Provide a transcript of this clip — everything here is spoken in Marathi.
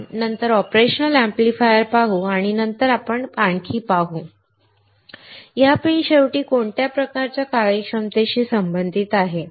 आपण नंतर ऑपरेशनल अॅम्प्लिफायर पाहू आणि नंतर आपण आणखी पाहू या पिन शेवटी कोणत्या प्रकारच्या कार्यक्षमतेशी संबंधित आहेत